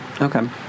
Okay